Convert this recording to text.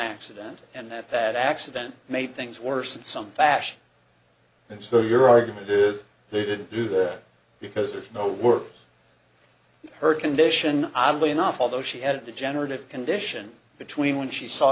accident and that that accident made things worse in some fashion and so your argument is they didn't do that because there's no work her condition oddly enough although she had a degenerative condition between when she saw